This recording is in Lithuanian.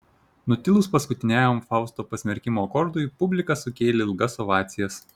nutilus paskutiniajam fausto pasmerkimo akordui publika sukėlė ilgas ovacijas